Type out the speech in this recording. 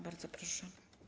Bardzo proszę.